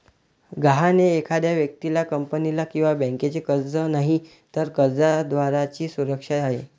गहाण हे एखाद्या व्यक्तीला, कंपनीला किंवा बँकेचे कर्ज नाही, तर कर्जदाराची सुरक्षा आहे